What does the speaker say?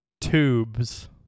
Tubes